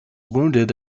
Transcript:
wounded